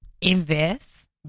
Invest